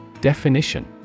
Definition